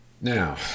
now